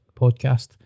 podcast